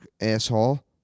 asshole